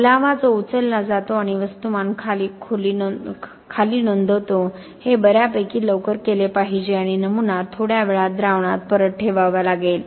ओलावा जो उचलला जातो आणि वस्तुमान खाली नोंदवतो हे बर्यापैकी लवकर केले पाहिजे आणि नमुना थोड्या वेळात द्रावणात परत ठेवावा लागेल